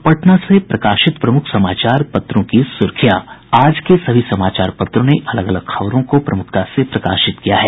अब पटना से प्रकाशित प्रमुख समाचार पत्रों की सुर्खियां आज के सभी समाचार पत्रों ने अलग अलग खबरों को प्रमुखता से प्रकाशित किया है